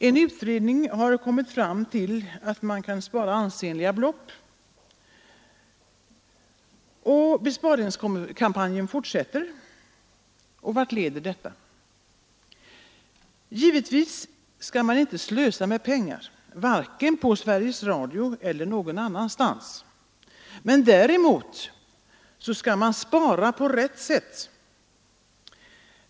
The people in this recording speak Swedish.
En utredning har kommit fram till att man kan spara åtskilliga miljoner. Besparingskampanjen fortsätter. Vart leder detta? Givetvis skall man inte slösa med pengar varken på Sveriges Radio eller någon annanstans. Men man skall spara på rätt sätt.